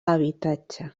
habitatge